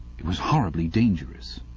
it was horribly dangerous,